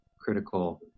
critical